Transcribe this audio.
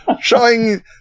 showing